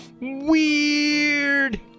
weird